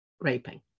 raping